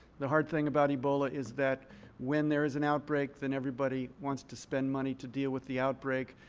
the hard thing about ebola is that when there is an outbreak, then everybody wants to spend money to deal with the outbreak.